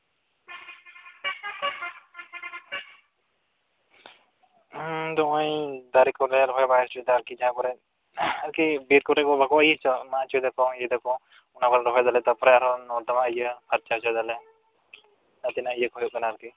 ᱦᱩᱸ ᱤᱧ ᱫᱚ ᱱᱚᱜᱼᱚᱭ ᱫᱟᱨᱮ ᱠᱚᱞᱮ ᱨᱚᱦᱚᱭ ᱵᱟᱲᱟ ᱦᱚᱪᱚᱭᱮᱫᱟ ᱟᱨᱠᱤ ᱡᱟᱦᱟᱸ ᱠᱚᱨᱮ ᱟᱨᱠᱤ ᱵᱤᱨ ᱠᱚᱨᱮ ᱵᱟᱠᱚ ᱤᱭᱟᱹ ᱦᱚᱪᱚᱭᱮᱫᱟ ᱢᱟᱜ ᱦᱚᱪᱚᱭᱮᱫᱟ ᱤᱭᱟᱹ ᱦᱚᱪᱚᱭᱮᱫᱟ ᱚᱱᱟᱠᱚᱨᱮ ᱨᱚᱦᱚᱭ ᱫᱟᱞᱮ ᱟᱨ ᱛᱟᱨᱯᱚᱨᱮ ᱟᱨᱦᱚᱸ ᱱᱚᱨᱫᱚᱢᱟ ᱤᱭᱟᱹ ᱯᱷᱟᱨᱪᱟ ᱦᱚᱪᱚᱭᱮᱫᱟᱞᱮ ᱡᱟᱦᱟᱸᱛᱤᱱᱟᱹᱜ ᱤᱭᱟᱹ ᱠᱚ ᱦᱩᱭᱩᱜ ᱠᱟᱱᱟ ᱟᱨᱠᱤ